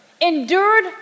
endured